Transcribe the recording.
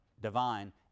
divine